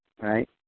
right